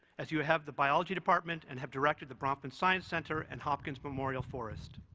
as you have the biology department, and have directed the bronfman science center and hopkins memorial forest,